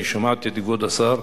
אני שמעתי את כבוד השר.